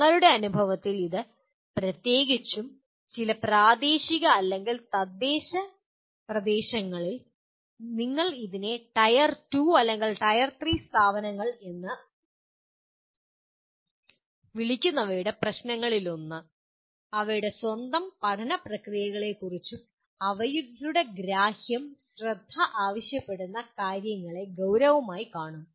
ഞങ്ങളുടെ അനുഭവത്തിൽ ഇത് പ്രത്യേകിച്ചും ചില പ്രാദേശിക അല്ലെങ്കിൽ തദ്ദേശ പ്രദേശങ്ങളിൽ നിങ്ങൾ ഇതിനെ ടയർ 2 അല്ലെങ്കിൽ ടയർ 3 സ്ഥാപനങ്ങൾ എന്ന് വിളിക്കുന്നവയുടെ പ്രശ്നങ്ങളിലൊന്ന് അവരുടെ സ്വന്തം പഠന പ്രക്രിയകളെക്കുറിച്ചുള്ള അവരുടെ ഗ്രാഹ്യം ശ്രദ്ധ ആവശ്യപ്പെടുന്ന കാര്യങ്ങളെ ഗൌരവമായി കാണും